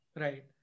Right